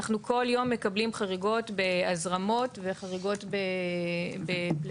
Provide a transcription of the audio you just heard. אנחנו כל יום מקבלים חריגות בהזרמות וחריגות בפליטות.